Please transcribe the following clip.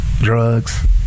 drugs